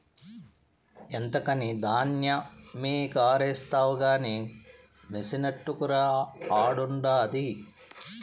ఎంతకని ధాన్యమెగారేస్తావు కానీ మెసినట్టుకురా ఆడుండాది